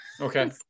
Okay